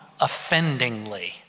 offendingly